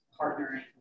partnering